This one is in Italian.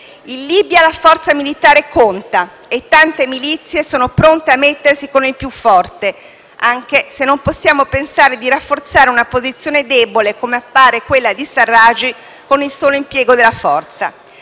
In Libia la forza militare conta e tante milizie sono pronte a mettersi con il più forte, anche se non possiamo pensare di rafforzare una posizione debole, come appare quella di Sarraj, con il solo impiego della forza.